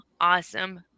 Awesome